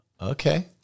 Okay